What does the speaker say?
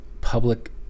public